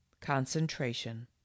Concentration